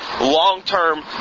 long-term